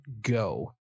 go